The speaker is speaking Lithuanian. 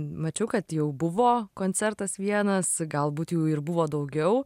mačiau kad jau buvo koncertas vienas galbūt jų ir buvo daugiau